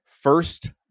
first